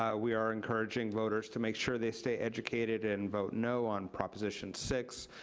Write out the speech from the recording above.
um we are encouraging voters to make sure they stay educated and vote no on proposition six.